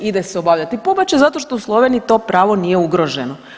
Ide se obavljati pobačaj zato što u Sloveniji to pravo nije ugroženo.